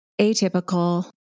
atypical